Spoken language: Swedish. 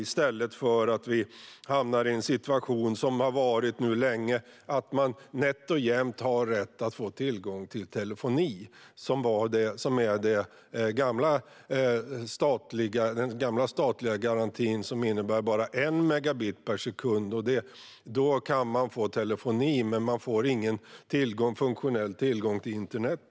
Nu behöver vi inte vara kvar i den situation som har rått länge där man nätt och jämnt har haft rätt till telefoni. Den gamla statliga garantin innebar endast 1 megabit per sekund, vilket gav tillgång till telefoni men ingen funktionell tillgång till internet.